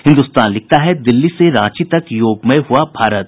हिन्दुस्तान लिखता है दिल्ली से रांची तक योगमय हुआ भारत